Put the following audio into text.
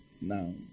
now